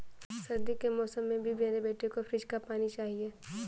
सर्दी के मौसम में भी मेरे बेटे को फ्रिज का पानी चाहिए